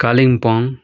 Kalimpong